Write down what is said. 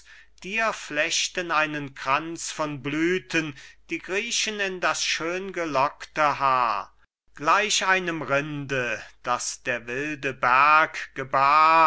dir flechten einen kranz von blüthen die griechen in das schöngelockte haar gleich einem rinde das der wilde berg gebar